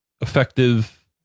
effective